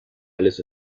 alles